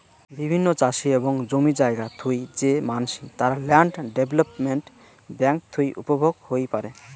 বিভিন্ন চাষি এবং জমি জায়গা থুই যে মানসি, তারা ল্যান্ড ডেভেলপমেন্ট বেঙ্ক থুই উপভোগ হই পারে